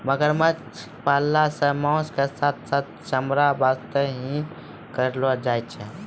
मगरमच्छ पालन सॅ मांस के साथॅ साथॅ चमड़ा वास्तॅ ही करलो जाय छै